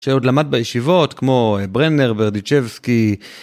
שעוד למד בישיבות כמו ברנר וברדיצ'בסקי.